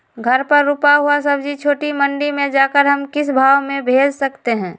घर पर रूपा हुआ सब्जी छोटे मंडी में जाकर हम किस भाव में भेज सकते हैं?